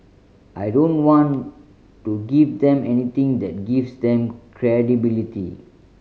I don't want to give them anything that gives them credibility